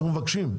אנחנו מבקשים.